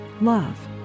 Love